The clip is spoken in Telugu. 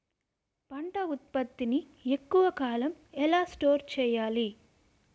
పంట ఉత్పత్తి ని ఎక్కువ కాలం ఎలా స్టోర్ చేయాలి?